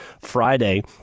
Friday